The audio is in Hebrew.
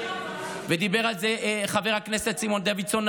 ודיבר על זה חבר הכנסת סימון דוידסון,